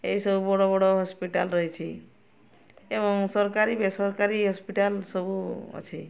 ଏସବୁ ବଡ଼ ବଡ଼ ହସ୍ପିଟାଲ୍ ରହିଛି ଏବଂ ସରକାରୀ ବେସରକାରୀ ହସ୍ପିଟାଲ୍ ସବୁ ଅଛି